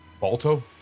Balto